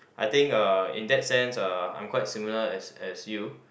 I think uh in that sense uh I'm quite similar as as you